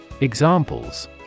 Examples